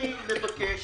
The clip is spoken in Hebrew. אני מבקש